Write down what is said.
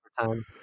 time